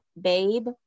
babe